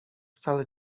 wcale